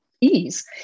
ease